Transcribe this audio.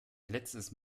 letztes